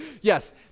Yes